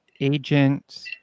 agent